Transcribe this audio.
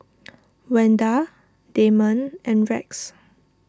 Wanda Damon and Rex